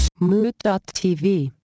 Mood.tv